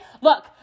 look